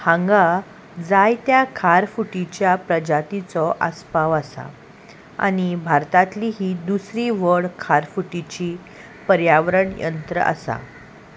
हांगा जायत्या खारफुटीच्या प्रजातीचो आसपाव आसा आनी भारतांतली ही दुसरी व्हड खारफुटीची पर्यावरण यंत्र आसा